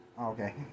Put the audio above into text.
Okay